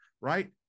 right